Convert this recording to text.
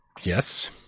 Yes